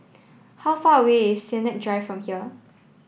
how far away is Sennett Drive from here